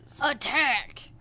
Attack